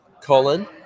Colin